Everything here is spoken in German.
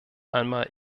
einmal